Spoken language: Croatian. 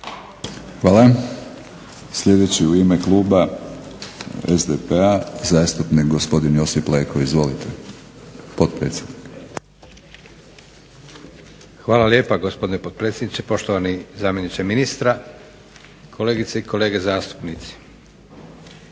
Hvala. Sljedeći u ime kluba SDP-a, zastupnik gospodin Josip Leko, potpredsjednik. Izvolite. **Leko, Josip (SDP)** Hvala lijepa, gospodine potpredsjedniče. Poštovani zamjeniče ministra, kolegice i kolege zastupnici.